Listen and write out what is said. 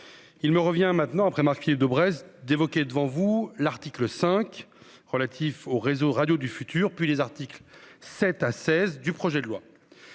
il me revient maintenant après Marc Philippe Daubresse d'évoquer devant vous, l'article 5 relatif aux réseaux radio du futur, puis les articles, c'est à seize du projet de loi